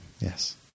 Yes